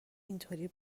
اینطوری